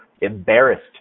embarrassed